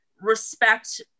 respect